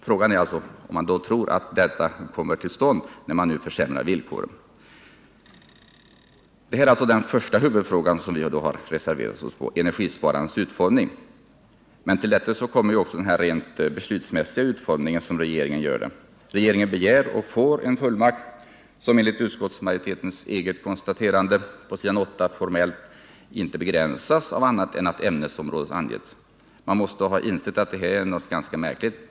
Frågan är om man tror att sådana 41 förbättringar kommer att ske, när man nu försämrar villkoren. Detta var något om den första huvudfrågan där vi reserverat oss, nämligen energisparandets utformning. Till detta kommer också den rent beslutsmässiga utformningen av energisparandet. Regeringen begär och får en fullmakt som — enligt utskottsmajoritetens eget konstaterande på s. 8 — formellt inte begränsas av annat än att ämnesområdet angetts. Man måste ha insett att det här är något ganska märkligt.